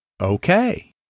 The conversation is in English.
okay